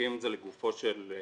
בודקים את זה לגופו של עניין.